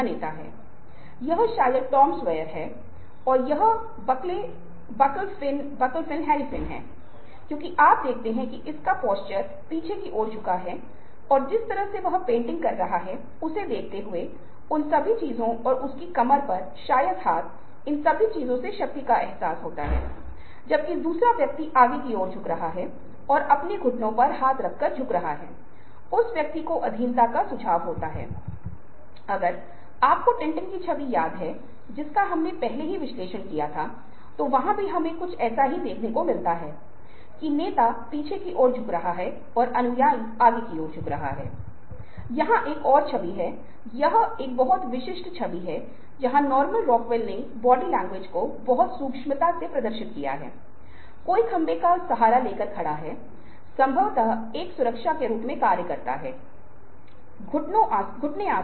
मैं ने पहले से ही अनुनय पर विस्तृत किया है लेकिन जबरदस्ती है जहां बल लागू किया जाता है उदाहरण डरानेवाले संदेश कर्मचारियों के निर्देशों पूछताछ खतरनाक रूप से अपमानजनक रिश्तों में संचार की धमकी दे रहे हैं जैसे कि सीमा रेखा के मामले हैं कला फिल्में संगीत मनोरंजन टीवी शो विज्ञापन प्रेरक हृदय ट्रेंडिंग तस्वीरें जहां यह अंतर करना बहुत मुश्किल है कि क्या आप राजी हैं या निश्चित रूप से प्रत्यक्ष या अप्रत्यक्ष रूप से स्थिति में मजबूर हैं